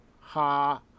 Ha